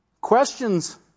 Questions